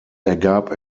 ergab